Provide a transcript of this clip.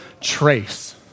trace